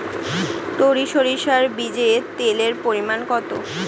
টরি সরিষার বীজে তেলের পরিমাণ কত?